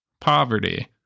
poverty